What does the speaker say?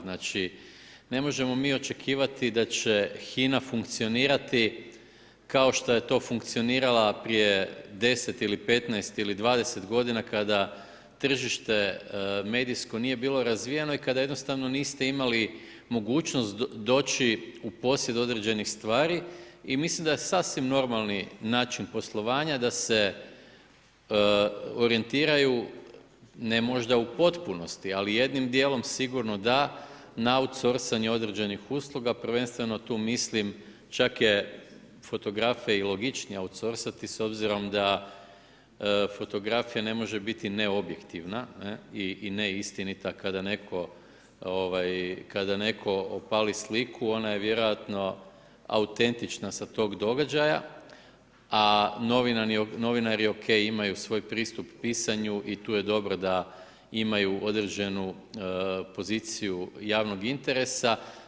Znači ne možemo mi očekivati da će HINA funkcionirati kao što je funkcionirala prije 10 ili 15 ili 20 godina kada tržište medijsko nije bilo razvijeno i kada jednostavno niste imali mogućnost doći u posjed određenih stvari i mislim da je sasvim normalni način poslovanja da se orijentiraju ne možda u potpunosti, ali jednim dijelom sigurno da na outsourcing određenih usluga, prvenstveno tu mislim čak je i fotografe i logičnija odsorsati s obzirom da fotografija ne može biti ne objektivna i ne istinita kada neko opali sliku ona je vjerojatno autentična s tog događaja, a novinar je ok imaju svoj pristup pisanju i tu je dobro da imaju određenu poziciju javnog interesa.